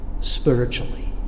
spiritually